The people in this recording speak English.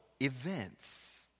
events